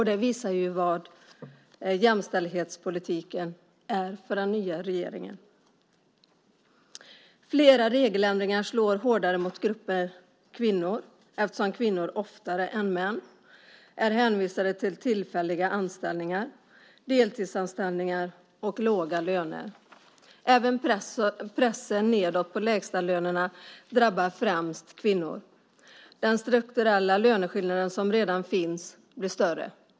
Det visar vad jämställdhetspolitiken är för den nya regeringen. Flera regeländringar slår hårdare mot grupper av kvinnor, eftersom kvinnor oftare än män är hänvisade till tillfälliga anställningar, deltidsanställningar och låga löner. Även pressen nedåt på lägstalönerna drabbar främst kvinnor. Den strukturella löneskillnad som redan finns blir större.